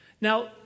Now